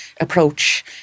approach